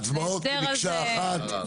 הצבעות מקשה אחת.